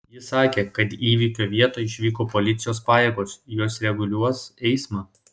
ji sakė kad į įvykio vietą išvyko policijos pajėgos jos reguliuos eismą